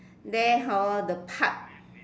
there hor the park